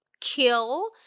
kill